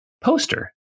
poster